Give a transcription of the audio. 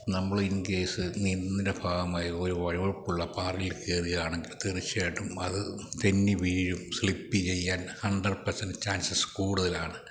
നമ്മള് in case നീന്തുന്നതിൻ്റെ ഭാഗമായി ഒരു വഴു വഴുപ്പുള്ള പാറയിൽ കയറുകയാണെങ്കിൽ തീർച്ചയായിട്ടും അത് തെന്നി വീഴും സ്ലിപ്പ് ചെയ്യാൻ ഹൺഡ്രഡ് പെർസെൻറ്റ് ചാൻസസ് കൂടുതലാണ്